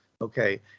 Okay